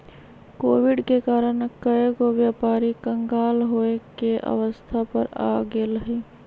Covid के कारण कएगो व्यापारी क़ँगाल होये के अवस्था पर आ गेल हइ